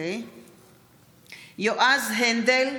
יועז הנדל,